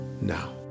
Now